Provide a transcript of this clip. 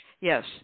Yes